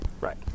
right